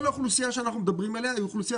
כל האוכלוסייה שאנחנו מדברים עליה היא אוכלוסייה